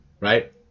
right